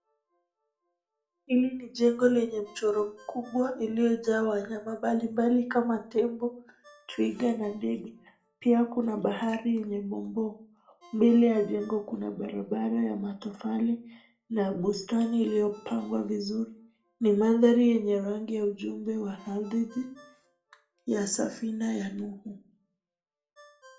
Hili ni jengo lenye mchoro mkubwa lilo jaa wanyama mbali mbali kama tembo, twiga na ndege. Pia Kuna bahari mbele ya jengo Kuna barabara ya matofali na bustani iliyopangwa vizuri .Ni mandhari yenye ujumbe ya safina ya Nuhu.